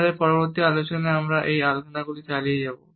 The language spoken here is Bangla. আমাদের পরবর্তী আলোচনায় আমরা এই আলোচনাগুলি চালিয়ে যাব